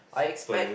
I expect